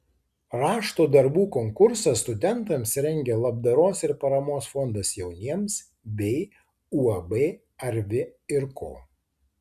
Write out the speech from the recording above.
rašto darbų konkursą studentams rengia labdaros ir paramos fondas jauniems bei uab arvi ir ko